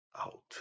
out